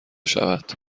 شود